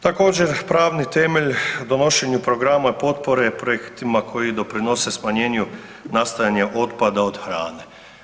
Također pravni temelj donošenju programa potpore projektima koji doprinose smanjenju nastajanja otpada od hrane.